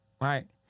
right